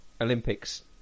Olympics